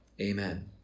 Amen